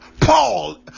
Paul